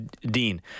Dean